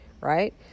right